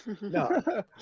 no